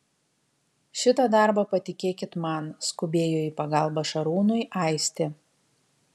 šitą darbą patikėkit man skubėjo į pagalbą šarūnui aistė